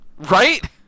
Right